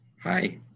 Hi